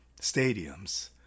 stadiums